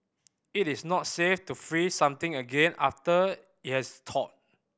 it is not safe to freeze something again after it has thawed